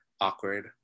awkward